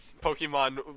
Pokemon